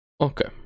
Okay